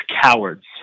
cowards